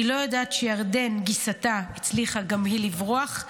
היא לא יודעת שירדן גיסתה הצליחה גם היא לברוח,